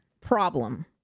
problem